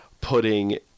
putting